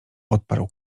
odparł